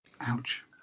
Ouch